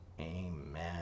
Amen